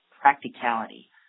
practicality